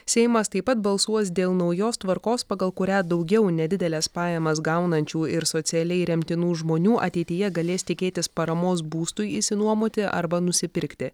seimas taip pat balsuos dėl naujos tvarkos pagal kurią daugiau nedideles pajamas gaunančių ir socialiai remtinų žmonių ateityje galės tikėtis paramos būstui išsinuomoti arba nusipirkti